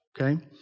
okay